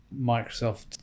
microsoft